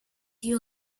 you